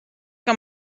que